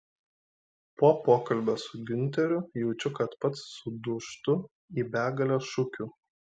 po pokalbio su giunteriu jaučiu kad pats sudūžtu į begalę šukių